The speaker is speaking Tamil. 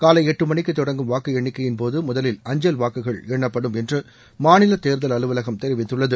காலை எட்டு மணிக்கு தொடங்கும் வாக்கு எண்ணிக்கையின்போது முதலில் அஞ்சல் வாக்குகள் எண்ணப்படும் என்று மாநில தேர்தல் அலுவலகம் தெரிவித்துள்ளது